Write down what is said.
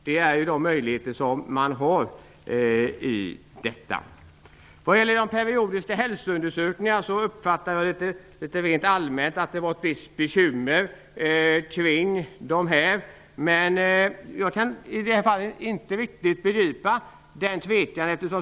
Det är de möjligheter man har. Vad gäller periodiska hälsoundersökningar uppfattade jag att det rent allmänt fanns ett visst bekymmer kring dessa. Men jag kan inte riktigt begripa det.